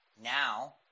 now